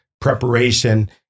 preparation